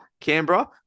Canberra